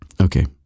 Okay